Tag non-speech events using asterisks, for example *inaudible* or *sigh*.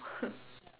*laughs*